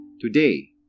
Today